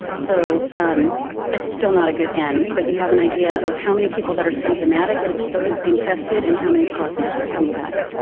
so it's still not a good end. but you have an idea of how many people that are symptomatic and exposed being tested and how many positives are coming back.